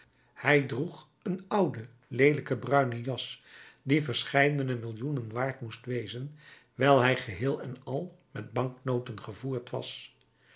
hij droeg een oude leelijke bruine jas die verscheidene millioenen waard moest wezen wijl hij geheel en al met banknoten gevoerd was